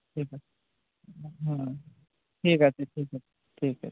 ঠিক আছে হুম ঠিক আছে ঠিক আছে ঠিক আছে